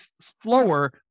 slower